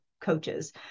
coaches